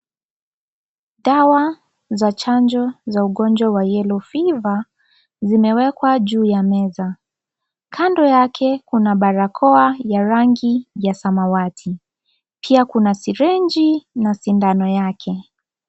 Dawa za chanjo za ugonjwa wa Yellow Fever zimewekwa juu ya meza. Kando yake kuna barakoa ya rangi ya samawati. Pia kuna sirinji na sindano yake.